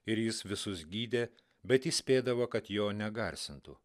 ir jis visus gydė bet įspėdavo kad jo negarsintų